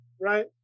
right